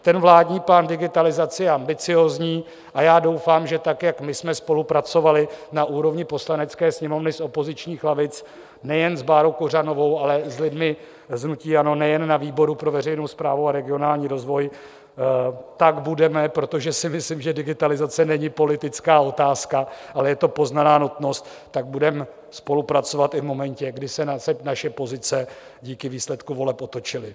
Ten vládní plán digitalizace je ambiciózní a já doufám, že tak, jak jsme spolupracovali na úrovni Poslanecké sněmovny z opozičních lavic nejen s Bárou Kořánovou, ale s lidmi z hnutí ANO, nejen na výboru pro veřejnou správu a regionální rozvoj, tak budeme protože si myslím, že digitalizace není politická otázka, ale je to poznaná nutnost tak budeme spolupracovat i v momentě, kdy se naše pozice díky výsledku voleb otočily.